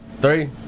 three